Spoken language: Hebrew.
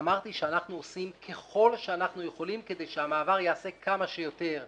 אמרתי שאנחנו עושים ככל שאנחנו יכולים כדי שהמעבר ייעשה כמה שיותר מהר,